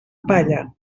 palla